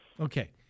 Okay